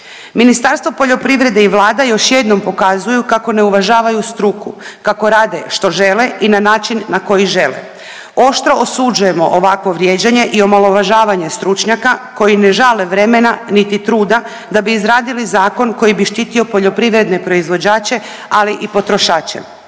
Ministarstvo poljoprivrede i Vlada još jednom pokazuju kako ne uvažavaju struku, kako rade što žele i na način na koji žele. Oštro osuđujemo ovakvo vrijeđanje i omalovažavanje stručnjaka koji ne žale vremena niti truda da bi izradili zakon koji bi štitio poljoprivredne proizvođače, ali i potrošače.